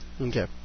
Okay